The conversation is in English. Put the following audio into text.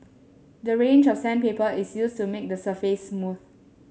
the range of sandpaper is used to make the surface smooth